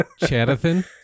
Chadathan